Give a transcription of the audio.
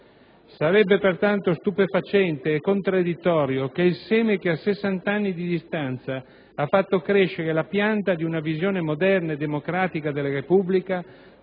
Sarebbe pertanto stupefacente e contraddittorio che il seme, che a sessanta anni di distanza ha fatto crescere la pianta di una visione moderna e democratica della Repubblica,